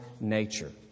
nature